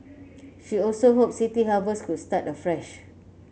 she also hoped City Harvest could start afresh